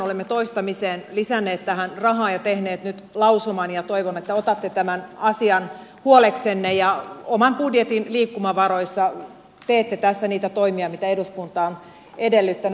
olemme toistamiseen lisänneet tähän rahaa ja tehneet nyt lausuman ja toivon että otatte tämän asian huoleksenne ja oman budjettinne liikkumavaroissa teette tässä niitä toimia mitä eduskunta on edellyttänyt